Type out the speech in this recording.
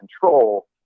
control